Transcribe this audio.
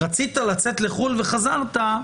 רצית לצאת לחו"ל וחזרת?